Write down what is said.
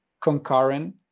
concurrent